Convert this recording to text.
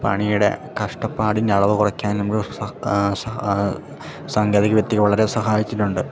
പണിയുടെ കഷ്ടപ്പാടിൻ്റളവ് കൊറക്കാനും നമക്ക് സ സാങ്കേതിക വിദ്യ വളരെ സഹായിക്കുന്നുണ്ട്